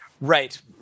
right